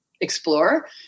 explore